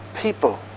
people